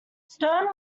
stern